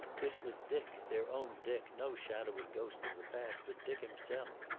this was dick, their own dick no shadowy ghost of the past, but dick himself.